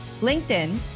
LinkedIn